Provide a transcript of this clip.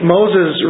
Moses